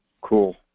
Cool